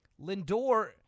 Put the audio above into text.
Lindor